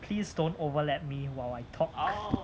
please don't overlap me when I talk